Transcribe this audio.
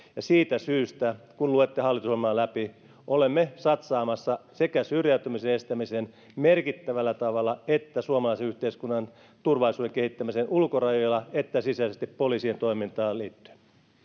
siitä syystä kun luette hallitusohjelmaa läpi olemme satsaamassa sekä syrjäytymisen estämiseen merkittävällä tavalla että suomalaisen yhteiskunnan turvallisuuden kehittämiseen ulkorajoilla ja sisäisesti poliisien toimintaan liittyen